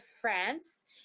France